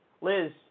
Liz